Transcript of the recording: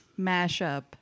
mashup